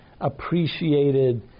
appreciated